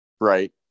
right